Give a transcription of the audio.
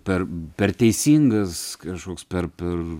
per per teisingas kažkoks per per